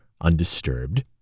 undisturbed